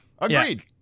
Agreed